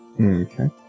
Okay